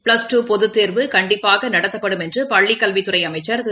plus two பொதுத்தேர்வு கண்டிப்பாகநடத்தப்படும் என்றுபள்ளிக்கல்வித்துறைஅமைச்சர் திரு